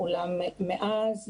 אולם מאז,